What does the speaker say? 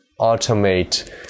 automate